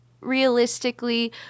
realistically